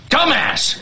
Dumbass